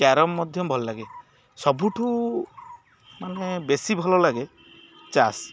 carrom ମଧ୍ୟ ଭଲ ଲାଗେ ସବୁଠୁ ମାନେ ବେଶୀ ଭଲ ଲାଗେ ତାଷ୍